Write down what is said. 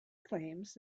claims